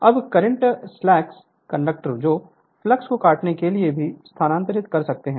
अब conductor slash conductor जो flux को काटने के लिए भी स्थानांतरित कर सकते हैं